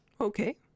Okay